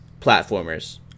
platformers